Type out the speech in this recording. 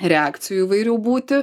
reakcijų įvairių būti